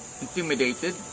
intimidated